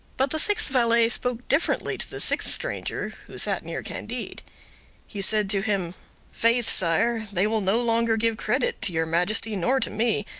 but the sixth valet spoke differently to the sixth stranger, who sat near candide. he said to him faith, sire, they will no longer give credit to your majesty nor to me,